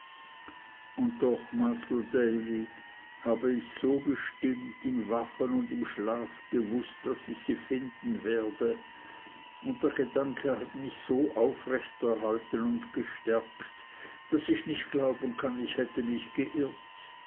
und doch masr davy habe ich so bestimmt im wachen und im schlaf gewußt daß ich sie finden werde und der gedanke hat mich so aufrecht erhalten und gestärkt daß ich nicht glauben kann ich hätte mich geirrt